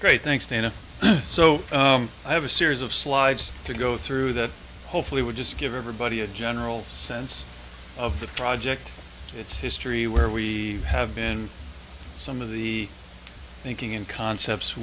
great thanks dana so i have a series of slides to go through that hopefully would just give everybody a general sense of the project its history where we have been some of the thinking and concepts